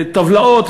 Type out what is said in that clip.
וטבלאות,